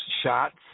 shots